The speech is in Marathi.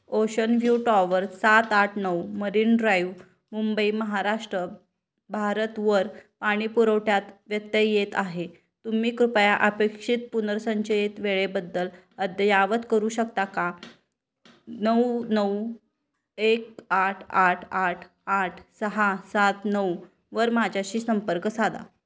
ओशन व्ह्यू टॉवर सात आठ नऊ मरीन ड्राईव्ह मुंबई महाराष्ट्र भारतवर पाणी पुरवठ्यात व्यत्यय येत आहे तुम्ही कृपया अपेक्षित पुनर्संचयित वेळेबद्दल अद्ययावत करू शकता का नऊ नऊ एक आठ आठ आठ आठ सहा सात नऊवर माझ्याशी संपर्क साधा